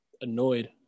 annoyed